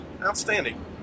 Outstanding